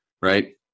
Right